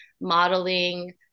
modeling